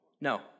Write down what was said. No